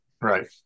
Right